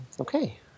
Okay